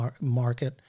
market